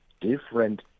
different